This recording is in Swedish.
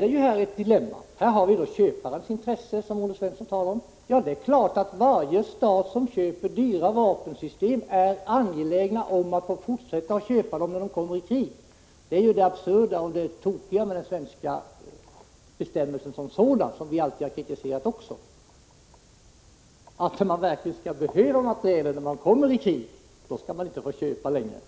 Det finns ett dilemma här. Vi har köparens intresse, som Olle Svensson talar om. Det är klart att varje stat som köper ett dyrt vapensystem är angelägen om att få fortsätta att köpa när man kommer i krig. På den här punkten är de svenska bestämmelserna som sådana absurda och tokiga, och det har vi också alltid kritiserat. När en stat verkligen behöver materiel, kommer i krig, skall denna stat inte få köpa längre.